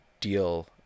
deal